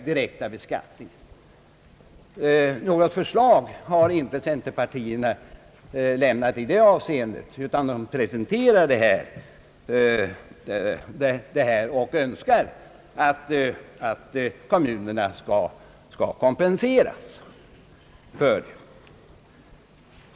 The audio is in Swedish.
Något förslag i det avseendet har inte centerpartisterna lämnat, utan de presenterar tanken och önskar att kommunerna skall få kompensation.